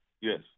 Yes